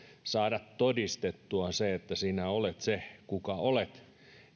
saada todistettua se että sinä olet se kuka olet